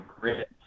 grit